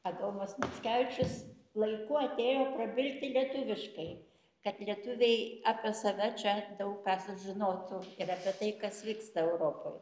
adomas mickevičius laiku atėjo prabilti lietuviškai kad lietuviai apie save čia daug ką sužinotų ir apie tai kas vyksta europoj